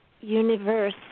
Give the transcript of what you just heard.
universe